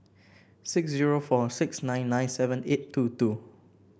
six zero four six nine nine seven eight two two